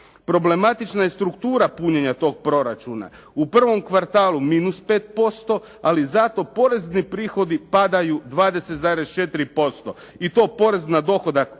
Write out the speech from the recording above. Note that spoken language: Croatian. Problematična je struktura punjenja tog proračuna. U prvom kvartalu -5%, ali zato porezni prihod padaju 20,4%. I to porez na dohodak